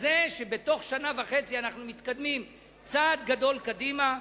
כזה שבתוך שנה וחצי אנחנו מתקדמים צעד גדול קדימה.